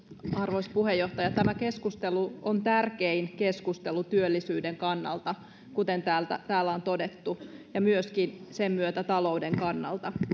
arvoisa puheenjohtaja tämä keskustelu on tärkein keskustelu työllisyyden kannalta kuten täällä on todettu ja myöskin sen myötä talouden kannalta